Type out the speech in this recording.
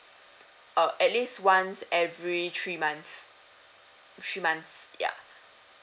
uh at least once every three months three months ya